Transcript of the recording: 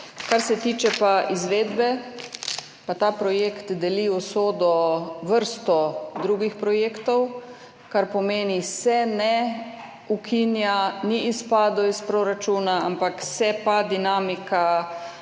Kar se pa tiče izvedbe, ta projekt deli usodo vrste drugih projektov, kar pomeni, da se ne ukinja, ni izpadel iz proračuna, ampak se pa dinamika